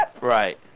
Right